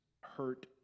hurt